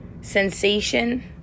sensation